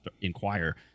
inquire